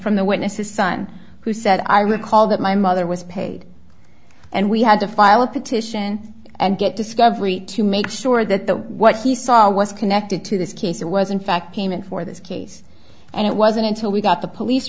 from the witnesses son who said i recall that my mother was paid and we had to file a petition and get discovery to make sure that the what he saw was connected to this case it was in fact payment for this case and it wasn't until we got the police